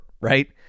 right